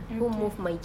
okay